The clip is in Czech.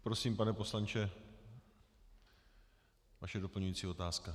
Prosím, pane poslanče, vaše doplňující otázka.